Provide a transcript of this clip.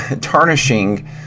tarnishing